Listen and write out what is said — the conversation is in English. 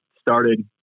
started